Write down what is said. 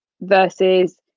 versus